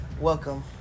Welcome